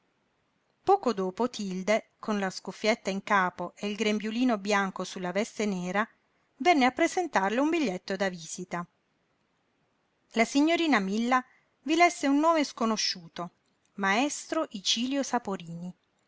pavimento poco dopo tilde con la scuffietta in capo e il grembiulino bianco su la veste nera venne a presentarle un biglietto da visita la signorina milla vi lesse un nome sconosciuto maestro icilio saporini